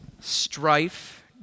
strife